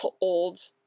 old